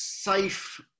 safe